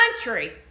country